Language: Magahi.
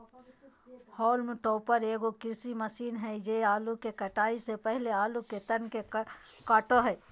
हॉल्म टॉपर एगो कृषि मशीन हइ जे आलू के कटाई से पहले आलू के तन के काटो हइ